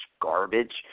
garbage